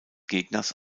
gegners